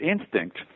instinct